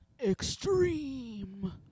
Extreme